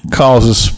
causes